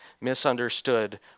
misunderstood